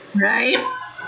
right